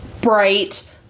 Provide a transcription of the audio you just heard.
bright